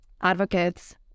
advocates